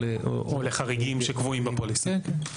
או לחריגים שקבועים בפוליסה.